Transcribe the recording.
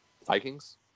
Vikings